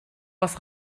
was